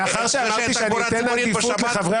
מאחר שאמרתי שאני אתן עדיפות לחברי